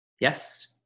Yes